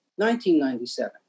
1997